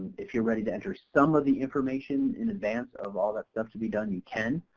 if you're ready to enter some of the information in advance of all that stuff to be done you can,